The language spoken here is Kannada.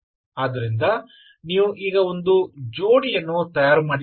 ಆದ್ದರಿಂದ ನೀವು ಈಗ ಒಂದು ಜೋಡಿ ಯನ್ನು ತಯಾರು ಮಾಡಿದ್ದೀರಿ